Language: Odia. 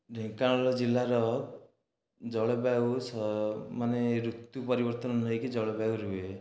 ଢେଙ୍କାନାଳ ଜିଲ୍ଲାର ଜଳବାୟୁ ମାନେ ଋତୁ ପରିବର୍ତ୍ତନ ନ ହୋଇକି ଜଳବାୟୁ ରୁହେ